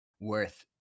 worth